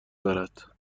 دارد